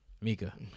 Mika